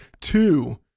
Two